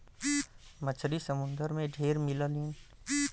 मछरी समुंदर में ढेर मिललीन